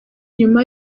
nyuma